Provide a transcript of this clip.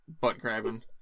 butt-grabbing